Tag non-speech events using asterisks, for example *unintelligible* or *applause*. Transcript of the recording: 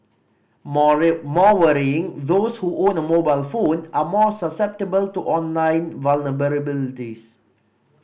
more *unintelligible* worrying those who own a mobile phone are more susceptible to online vulnerabilities